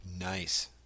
Nice